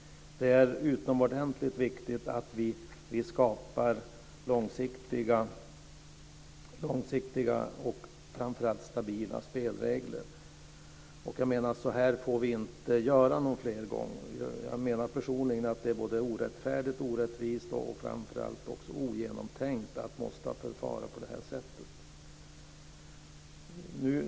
Det är utomordentligt viktigt att vi skapar långsiktiga och, framför allt, stabila spelregler. Så här får vi inte göra fler gånger. Personligen menar jag att det är både orättfärdigt och orättvist, och framför allt också ogenomtänkt att man måste förfara på det här sättet.